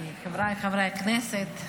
חבריי חברי הכנסת,